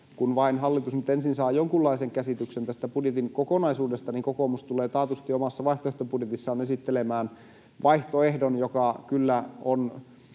kun vain hallitus nyt ensin saa jonkinlaisen käsityksen tästä budjetin kokonaisuudesta, niin kokoomus tulee taatusti omassa vaihtoehtobudjetissaan esittelemään vaihtoehdon, joka valtion